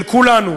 של כולנו,